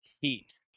Heat